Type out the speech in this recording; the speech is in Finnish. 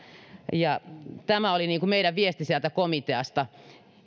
tämä oli meidän viestimme sieltä komiteasta